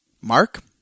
Mark